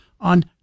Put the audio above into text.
on